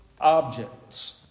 objects